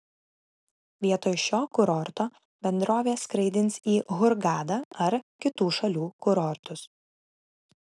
vietoj šio kurorto bendrovė skraidins į hurgadą ar kitų šalių kurortus